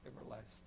everlasting